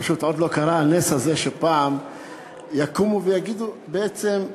פשוט עוד לא קרה הנס הזה שפעם יקומו ויגידו: בעצם,